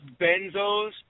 benzos